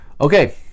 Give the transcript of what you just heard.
Okay